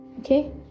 okay